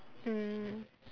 mm